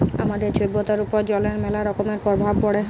আমাদের ছভ্যতার উপর জলের ম্যালা রকমের পরভাব পড়ে